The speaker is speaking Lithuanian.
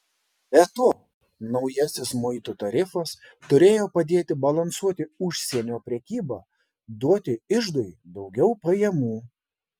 be to naujasis muitų tarifas turėjo padėti balansuoti užsienio prekybą duoti iždui daugiau pajamų